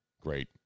great